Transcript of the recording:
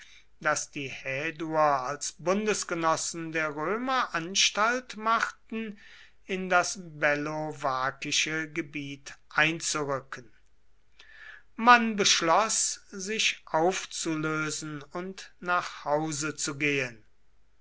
daß die häduer als bundesgenossen der römer anstalt machten in das bellovakische gebiet einzurücken man beschloß sich aufzulösen und nach hause zu gehen